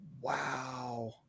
wow